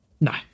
No